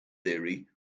theory